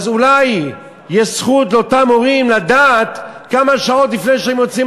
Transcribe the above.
אולי יש זכות לאותם הורים לדעת כמה שעות לפני שהם יוצאים?